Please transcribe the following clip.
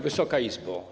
Wysoka Izbo!